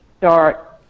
start